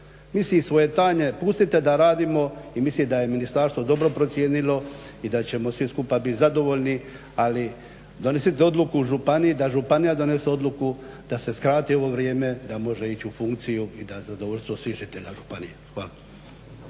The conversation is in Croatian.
Mislim svojatanje, pustite da radimo i mislim da je ministarstvo dobro procijenilo i da ćemo svi skupa biti zadovoljni. Ali donositi odluku u županiji da županija donese odluku da se skrati ovo vrijeme da može ići u funkciju i na zadovoljstvo svih žitelja županije. Hvala.